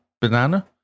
banana